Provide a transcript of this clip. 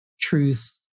truth